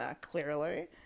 clearly